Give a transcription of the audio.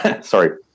Sorry